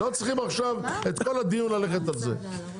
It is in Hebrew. לא צריכים עכשיו את כל הדיון ללכת על זה.